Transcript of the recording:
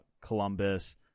Columbus